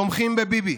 תומכים בביבי,